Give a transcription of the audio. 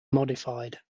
modified